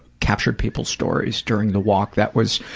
captured people's stories during the walk, that was,